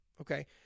okay